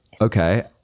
okay